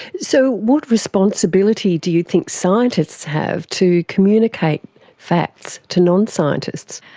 so what responsibility to you think scientists have to communicate facts to non-scientists?